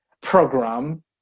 program